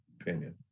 opinion